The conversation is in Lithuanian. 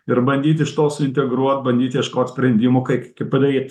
ir bandyt iš to suintegruot bandyt ieškot sprendimų kaip padaryt